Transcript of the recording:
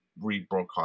Rebroadcast